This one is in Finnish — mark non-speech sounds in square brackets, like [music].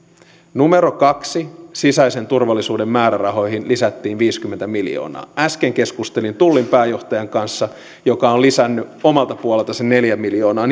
kaksi sisäisen turvallisuuden määrärahoihin lisättiin viisikymmentä miljoonaa äsken keskustelin tullin pääjohtajan kanssa joka on lisännyt omalta puoleltaan sen neljä miljoonaa [unintelligible]